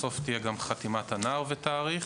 בסוף תהיה גם חתימת הנער ותאריך.